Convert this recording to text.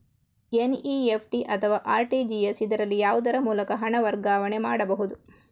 NEFT ಅಥವಾ RTGS, ಇದರಲ್ಲಿ ಯಾವುದರ ಮೂಲಕ ಹಣ ವರ್ಗಾವಣೆ ಮಾಡಬಹುದು?